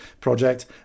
project